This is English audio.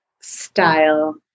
style